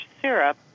syrup